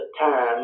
time